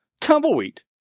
tumbleweed